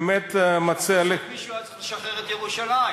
בסוף מישהו היה צריך לשחרר את ירושלים.